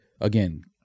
again